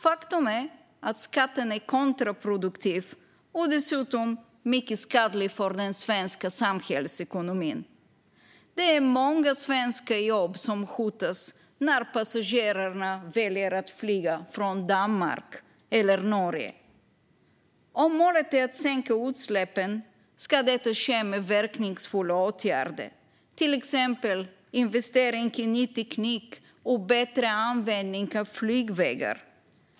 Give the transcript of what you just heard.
Faktum är att skatten är kontraproduktiv och dessutom mycket skadlig för den svenska samhällsekonomin. Det är många svenska jobb som hotas när passagerarna väljer att flyga från Danmark eller Norge. Om målet är att minska utsläppen ska detta ske med verkningsfulla åtgärder, till exempel investeringar i ny teknik och bättre användning av flygvägar.